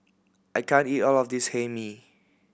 I can't eat all of this Hae Mee